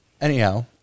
Anyhow